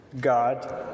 God